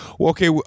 Okay